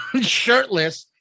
shirtless